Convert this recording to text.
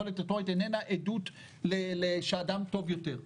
יכולת רטורית אינה עדות שאדם טוב יותר.